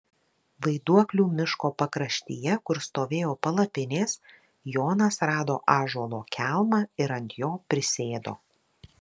vaiduoklių miško pakraštyje kur stovėjo palapinės jonas rado ąžuolo kelmą ir ant jo prisėdo